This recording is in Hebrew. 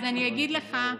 אז אני אגיד לך,